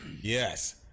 Yes